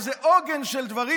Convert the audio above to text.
איזה עוגן של דברים,